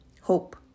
hope